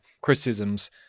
criticisms